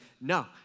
no